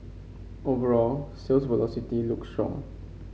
overall sales velocity look strong